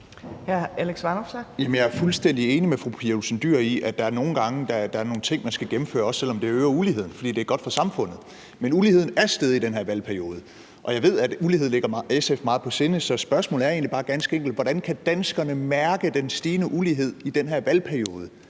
Jeg er fuldstændig enig med fru Pia Olsen Dyhr i, at der nogle gange er ting, man skal gennemføre, også selv om det øger uligheden, fordi det er godt for samfundet. Men uligheden er steget i den her valgperiode, og jeg ved, at ulighed ligger SF meget på sinde, så spørgsmålet er egentlig bare ganske enkelt: Hvordan kan danskerne mærke den stigende ulighed i den her valgperiode,